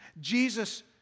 Jesus